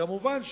כמובן,